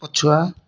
ପଛୁଆ